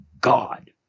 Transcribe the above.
God